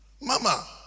Mama